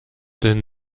denn